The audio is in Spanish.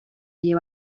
lleva